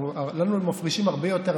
לנו מפרישים הרבה יותר,